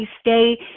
stay